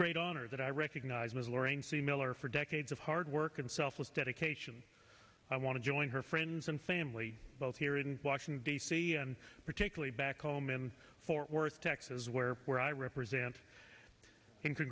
great honor that i recognize miss loraine c miller for decades of hard work and selfless dedication i want to join her friends and family both here in washington d c and particularly back home in fort worth texas where where i represent in